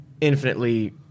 infinitely